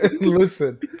listen